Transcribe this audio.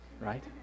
right